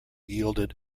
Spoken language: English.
yielded